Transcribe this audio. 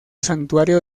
santuario